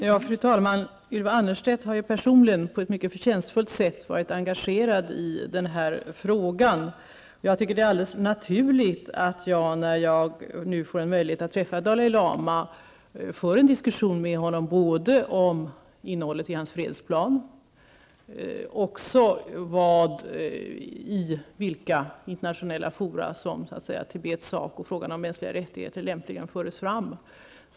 Fru talman! Ylva Annerstedt har personligen på ett mycket förtjänstfullt sätt varit engagerad i den här frågan. Det är helt naturligt att jag, när jag nu får möjlighet att träffa Dalai Lama, för en diskussion med honom om både innehållet i hans fredsplan och i vilka internationella fora som Tibets sak och frågan om mänskliga rättigheter lämpligen förs fram.